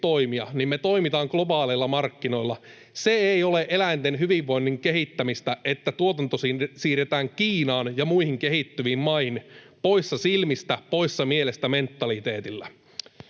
toimia. Me toimitaan globaaleilla markkinoilla, ja se ei ole eläinten hyvinvoinnin kehittämistä, että tuotanto siirretään Kiinaan ja muihin kehittyviin maihin ”poissa silmistä, poissa mielestä” ‑mentaliteetilla.